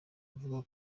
avuga